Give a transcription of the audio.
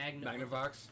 Magnavox